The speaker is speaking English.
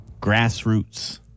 Grassroots